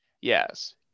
Yes